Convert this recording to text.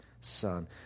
Son